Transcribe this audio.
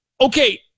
okay